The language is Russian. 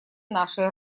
нашей